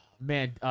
man